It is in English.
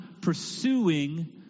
pursuing